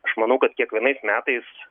aš manau kad kiekvienais metais